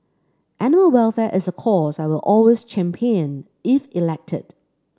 animal welfare is a cause I will always champion if elected